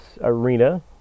Arena